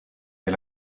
est